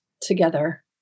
together